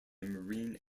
marine